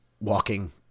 walking